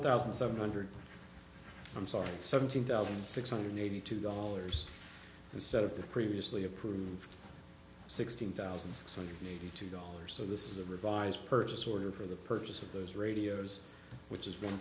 thousand seven hundred i'm sorry seventeen thousand six hundred eighty two dollars instead of the previously approved sixteen thousand six hundred ninety two dollars so this is a revised purchase order for the purchase of those radios which